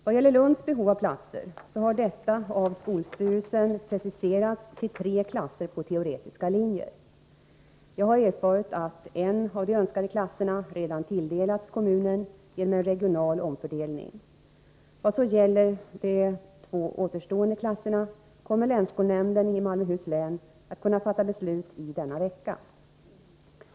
Vad gäller Lunds behov av platser så har detta av skolstyrelsen preciserats till tre klasser på teoretiska linjer. Jag har erfarit att en av de önskade klasserna redan tilldelats kommunen genom en regional omfördelning. Vad så gäller de två återstående klasserna kommer länsskolnämnden i Malmöhus län att kunna fatta beslut i denna vecka.